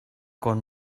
con